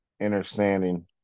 understanding